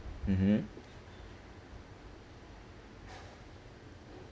mmhmm